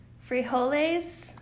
Frijoles